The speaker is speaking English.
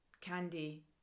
candy